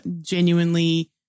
genuinely